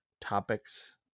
topics